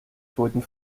toten